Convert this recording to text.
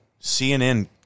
CNN